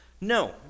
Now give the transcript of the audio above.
No